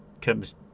comes